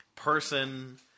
person